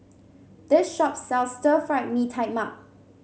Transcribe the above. this shop sells Stir Fried Mee Tai Mak